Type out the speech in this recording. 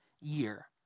year